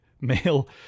male